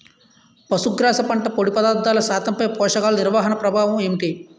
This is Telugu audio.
పశుగ్రాస పంట పొడి పదార్థాల శాతంపై పోషకాలు నిర్వహణ ప్రభావం ఏమిటి?